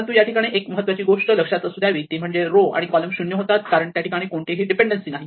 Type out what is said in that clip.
परंतु या ठिकाणी एक महत्त्वाची गोष्ट लक्षात असू द्यावी ती म्हणजे रो आणि कॉलम 0 होतात कारण त्या ठिकाणी कोणतेही डीपेंडन्सी नाही